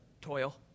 toil